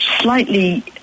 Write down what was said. slightly